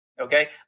Okay